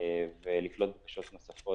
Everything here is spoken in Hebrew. ולקלוט בקשות נוספות,